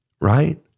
right